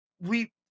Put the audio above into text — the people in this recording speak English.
we-